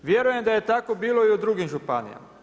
Vjerujem da je tako bilo i u drugim županijama.